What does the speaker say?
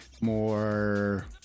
more